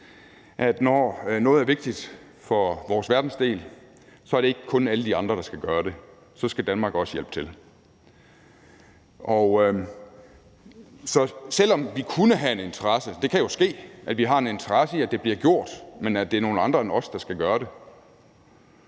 Når noget er vigtigt for vores verdensdel, er det ikke kun alle de andre, der skal gøre det; så skal Danmark også hjælpe til. Så selv om vi kunne have en interesse – det kan jo ske, at vi har en interesse i, at det bliver gjort – så er det nogle andre end os, der skal gøre det.